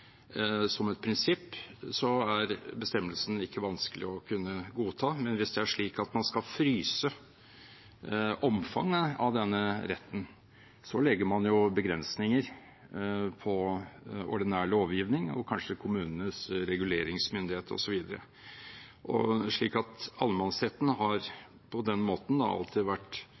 som et prinsipp, er bestemmelsen ikke vanskelig å kunne godta, men hvis det er slik at man skal fryse omfanget av denne retten, legger man begrensninger på ordinær lovgivning og kanskje på kommunenes reguleringsmyndighet, osv. Allemannsretten har på den måten alltid vært